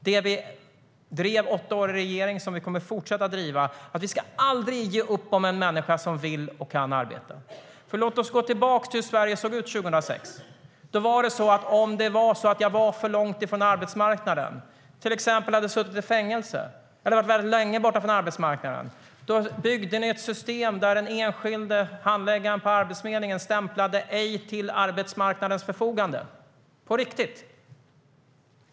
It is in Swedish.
Vi drev under åtta år i regeringen - och vi kommer att fortsätta att driva - att vi aldrig ska ge upp om en människa som vill och kan arbeta. Låt oss gå tillbaka till hur Sverige såg ut 2006. Om jag befann mig för långt från arbetsmarknaden, till exempel hade suttit i fängelse eller länge hade varit borta från arbetsmarknaden, hade ni byggt ett system där den enskilde handläggaren på Arbetsförmedlingen använde stämpeln: Ej till arbetsmarknadens förfogande. På riktigt!